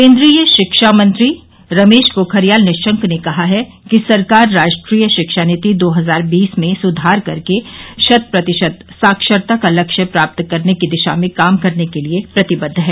केन्द्रीय शिक्षा मंत्री रमेश पोखरियाल निशंक ने कहा है कि सरकार राष्ट्रीय शिक्षा नीति दो हजार बीस में सुधार करके शत प्रतिशत साक्षरता का लक्ष्य प्राप्त करने की दिशा में काम करने के लिए प्रतिबद्ध है